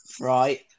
right